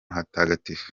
hatagatifu